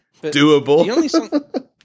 Doable